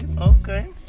okay